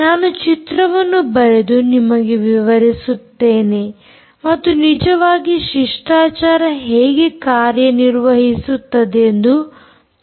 ನಾನು ಚಿತ್ರವನ್ನು ಬರೆದು ನಿಮಗೆ ವಿವರಿಸುತ್ತೇನೆ ಮತ್ತು ನಿಜವಾಗಿ ಶಿಷ್ಟಾಚಾರ ಹೇಗೆ ಕಾರ್ಯನಿರ್ವಹಿಸುತ್ತದೆಂದು ತೋರಿಸುತ್ತೇನೆ